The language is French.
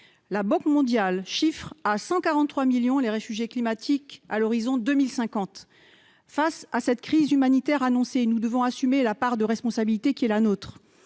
La Banque mondiale chiffre à 143 millions les réfugiés climatiques à l'horizon 2050. Face à cette crise humanitaire annoncée, nous devons assumer la part de responsabilité qui est la nôtre.